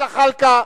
חבר הכנסת זחאלקה,